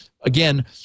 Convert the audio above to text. again